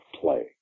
play